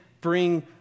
bring